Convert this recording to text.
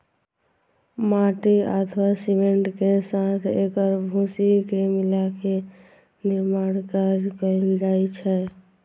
माटि अथवा सीमेंट के साथ एकर भूसी के मिलाके निर्माण कार्य कैल जाइ छै